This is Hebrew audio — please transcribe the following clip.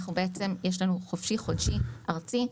יש לנו חופשי-חודשי ארצי.